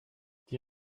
die